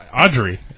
Audrey